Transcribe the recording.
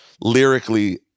lyrically